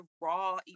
raw